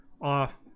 off